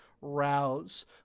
rouse